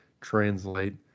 translate